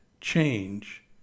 change